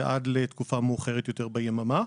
ועד לתקופה מאוחרת יותר ביממה,